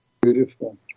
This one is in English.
Beautiful